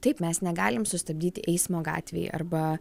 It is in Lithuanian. taip mes negalim sustabdyt eismo gatvėj arba